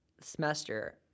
semester